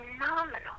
phenomenal